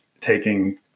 taking